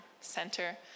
center